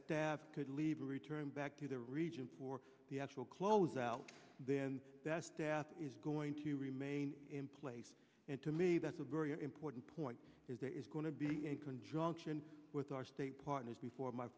staff could leave a return back to the region for the actual close out then best death is going to remain in place and to me that's a very important point is there is going to be in conjunction with our state partners before m